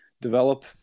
develop